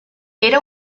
era